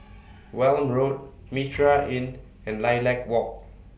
Welm Road Mitraa Inn and Lilac Walk